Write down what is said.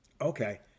Okay